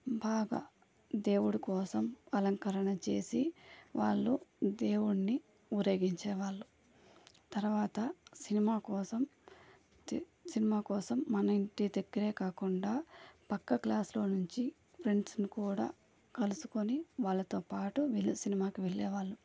బాగా దేవుడు కోసం అలంకరణ చేసి వాళ్ళు దేవుణ్ణి ఊరేగించే వాళ్ళు తర్వాత సినిమా కోసం సినిమా కోసం మన ఇంటి దగ్గర కాకుండా పక్క క్లాస్లో నుంచి ఫ్రెండ్స్ని కూడా కలుసుకొని వాళ్లతో పాటు వీళ్ళు సినిమాకి వెళ్ళే వారు